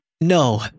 No